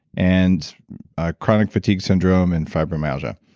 and chronic fatigue syndrome and fibromyalgia